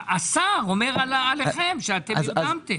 והשר אומר עליכם שאתם נרדמתם.